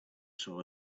saw